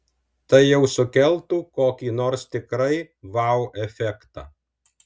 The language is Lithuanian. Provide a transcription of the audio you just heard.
tai jau sukeltų kokį nors tikrai vau efektą